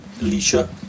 Alicia